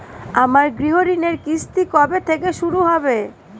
আমার গৃহঋণের কিস্তি কবে থেকে শুরু হবে?